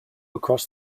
across